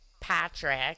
Patrick –